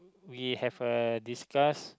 we have a discuss